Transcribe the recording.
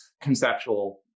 conceptual